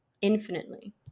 infinitely